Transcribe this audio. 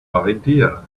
idea